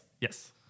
yes